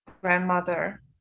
grandmother